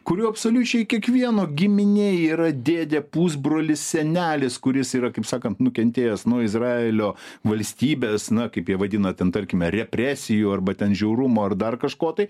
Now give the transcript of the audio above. kurių absoliučiai kiekvieno giminėj yra dėdė pusbrolis senelis kuris yra kaip sakant nukentėjęs nuo izraelio valstybės na kaip jie vadina ten tarkime represijų arba ten žiaurumo ar dar kažko tai